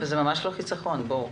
זה ממש לא חסכון, בואו.